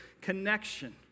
connection